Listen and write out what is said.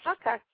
Okay